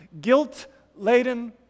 Guilt-laden